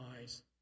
eyes